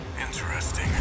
interesting